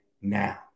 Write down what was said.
now